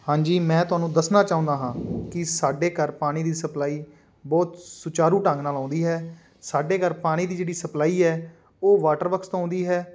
ਹਾਂਜੀ ਮੈਂ ਤੁਹਾਨੂੰ ਦੱਸਣਾ ਚਾਹੁੰਦਾ ਹਾਂ ਕਿ ਸਾਡੇ ਘਰ ਪਾਣੀ ਦੀ ਸਪਲਾਈ ਬਹੁਤ ਸੁਚਾਰੂ ਢੰਗ ਨਾਲ ਆਉਂਦੀ ਹੈ ਸਾਡੇ ਘਰ ਪਾਣੀ ਦੀ ਜਿਹੜੀ ਸਪਲਾਈ ਹੈ ਉਹ ਵਾਟਰ ਬਕਸ ਤੋਂ ਆਉਂਦੀ ਹੈ